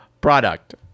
product